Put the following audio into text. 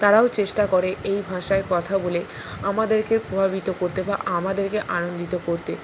তারাও চেষ্টা করে এই ভাষায় কথা বলে আমাদেরকে প্রভাবিত করতে বা আমাদেরকে আনন্দিত করতে